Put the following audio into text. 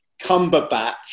Cumberbatch